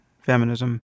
feminism